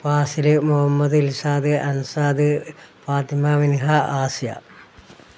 Faasil Muhammad Ilshad Ansad Fathima Minha Asiya